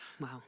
Wow